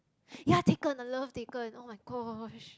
ya Taken I love Taken [oh]-my-gosh